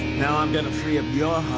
i'm gonna free up your